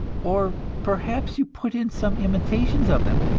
or perhaps you put in some imitations of them,